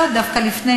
לא, דווקא לפני.